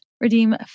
Redeem